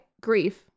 Grief